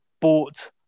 bought